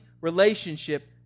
relationship